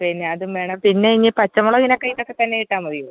പിന്നെ അതും വേണം പിന്നെ ഇനി പച്ചമുളകിനൊക്കെ ഇതൊക്കെത്തന്നെ ഇട്ടാൽ മതിയോ